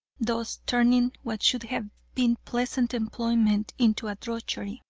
thus turning what should have been pleasant employment into a drudgery.